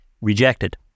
rejected